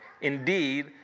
Indeed